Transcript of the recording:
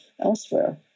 elsewhere